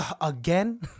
again